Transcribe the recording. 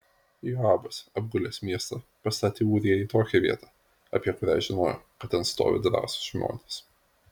joabas apgulęs miestą pastatė ūriją į tokią vietą apie kurią žinojo kad ten stovi drąsūs žmonės